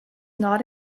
not